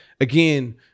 Again